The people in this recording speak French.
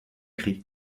cri